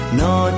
no